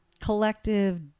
collective